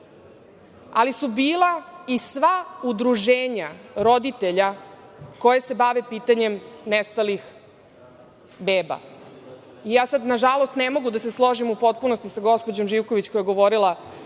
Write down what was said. ali su bila i sva udruženja roditelja koja se bave pitanjem nestalih beba. Nažalost, sad ne mogu da se složim u potpunosti sa gospođom Živković, koja je govorila